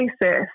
basis